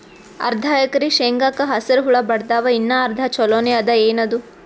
ಅರ್ಧ ಎಕರಿ ಶೇಂಗಾಕ ಹಸರ ಹುಳ ಬಡದಾವ, ಇನ್ನಾ ಅರ್ಧ ಛೊಲೋನೆ ಅದ, ಏನದು?